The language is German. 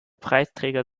preisträger